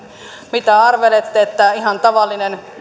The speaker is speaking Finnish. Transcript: mitä arvelette että ihan tavallinen